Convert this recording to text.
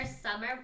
summer